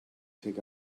take